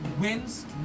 wins